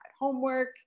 homework